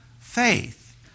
faith